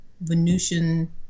Venusian